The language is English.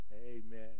Amen